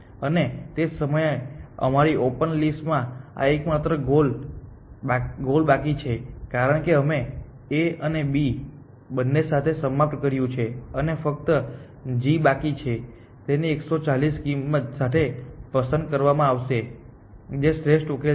અને તે સમયે અમારી ઓપન લિસ્ટ માં આ એકમાત્ર ગોલ બાકી છે કારણ કે અમે A અને B બંને સાથે સમાપ્ત કર્યું છે અને ફક્ત g બાકી છે તેને 140ની કિંમત સાથે પસંદ કરવામાં આવશે જે શ્રેષ્ઠ ઉકેલ છે